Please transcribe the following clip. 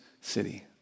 city